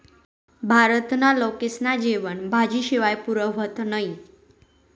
भारतना लोकेस्ना जेवन भाजी शिवाय पुरं व्हतं नही